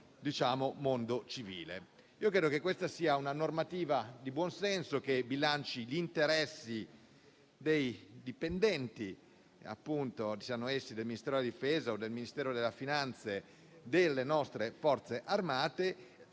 cosiddetto mondo civile. Io credo che questa sia una normativa di buon senso che bilanci gli interessi dei dipendenti, siano essi del Ministero della difesa o del Ministero dell'economia e delle finanze, delle nostre Forze armate